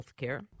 Healthcare